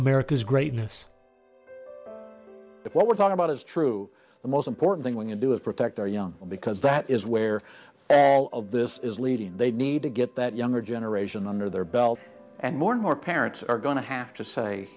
america's greatness if what we're talking about is true the most important thing going to do is protect our young because that is where all of this is leading they need to get that younger generation under their belt and more and more parents are going to have to say